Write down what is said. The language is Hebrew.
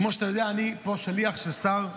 כמו שאתה יודע, אני פה שליח של שר המשפטים.